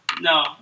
no